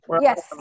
yes